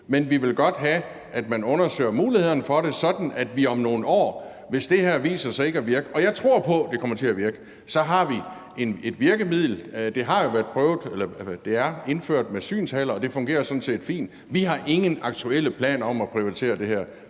men vi vil godt have, at man undersøger mulighederne for det, sådan at vi om nogle år, hvis det her viser sig ikke at virke, og jeg tror på, at det kommer til at virke, har et virkemiddel. Det er jo indført med synshaller, og det fungerer sådan set fint. Vi har ingen aktuelle planer om at privatisere det her,